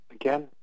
again